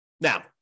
Now